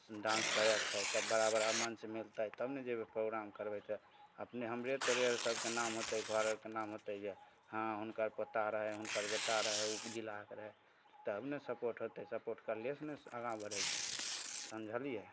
dance करैके चाही तब बड़ा बड़ा मञ्च मिलतै तब ने जेबै प्रोग्राम करबै तऽ अपने हमरे तोहरेआर सभके नाम होतै घर आरके नाम होतै जे हँ हुनकर पोता रहै हुनकर बेटा रहै ओ जिलाके रहै तब ने सपोर्ट होतै सपोर्ट करलहिएसे ने आगाँ बढ़ै छै समझलिए